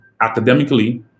academically